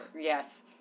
Yes